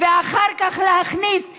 ואחר כך להכניס את